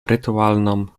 rytualną